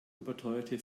überteuerte